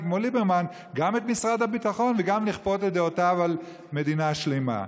כמו ליברמן גם את משרד הביטחון וגם לכפות את דעותיו על מדינה שלמה.